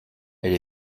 elle